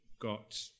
got